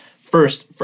first